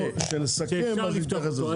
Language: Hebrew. כשנסכם, נתייחס לזה.